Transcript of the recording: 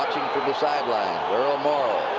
the sideline. earl morrall.